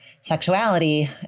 sexuality